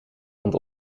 want